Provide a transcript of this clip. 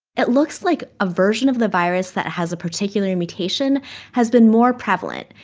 it looks like a version of the virus that has a particular mutation has been more prevalent.